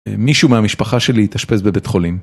מישהו מהמשפחה שלי התאשפז בבית חולים.